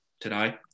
today